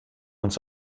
uns